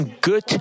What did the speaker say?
good